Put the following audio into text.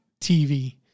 TV